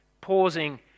pausing